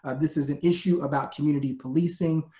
and this is an issue about community policing,